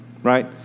right